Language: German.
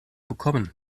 bekommen